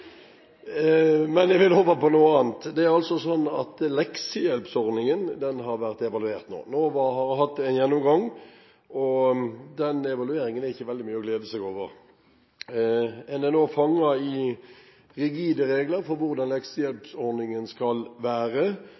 Men jeg vil over på noe annet. Leksehjelpordningen har vært evaluert nå. NOVA har hatt en gjennomgang, og den evalueringen er ikke veldig mye å glede seg over. En er nå fanget i rigide regler for hvordan leksehjelpordningen skal være,